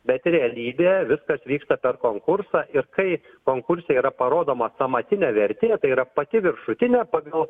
bet realybėje viskas vyksta per konkursą ir kai konkurse yra parodoma sąmatinė vertė tai yra pati viršutinė pagal